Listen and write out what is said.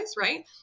right